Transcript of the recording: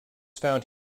found